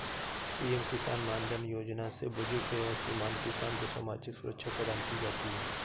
PM Kisan Maandhan Yojana से बुजुर्ग एवं सीमांत किसान को सामाजिक सुरक्षा प्रदान की जाती है